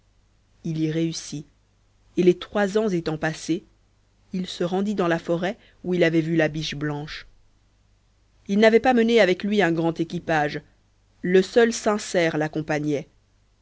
il y réussit et les trois ans étant passés il se rendit dans la forêt où il avait vu la biche blanche il n'avait pas mené avec lui un grand équipage le seul sincère l'accompagnait